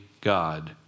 God